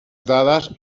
dades